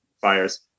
fires